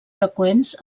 freqüents